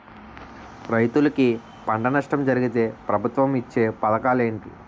రైతులుకి పంట నష్టం జరిగితే ప్రభుత్వం ఇచ్చా పథకాలు ఏంటి?